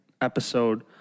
episode